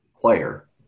player